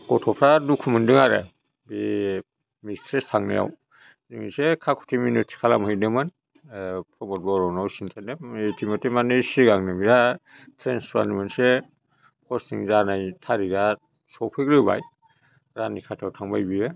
गथ'फ्रा दुखु मोनदों आरो बे मिस्ट्रेस थांनायाव जों एसे खाखुथि मेनुथि खालामहैदोंमोन प्रमद बर'नाव सिन्थाइनो इथिमदे माने सिगांनो बेहा ट्रेन्सफार मोनसे फस्टिं जानाय थारिगा सफैग्रोबाय रानिखाटायाव थांबाय बियो